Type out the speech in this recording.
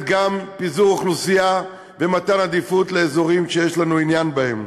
גם פיזור אוכלוסייה ומתן עדיפות לאזורים שיש לנו עניין בהם?